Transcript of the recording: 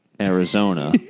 arizona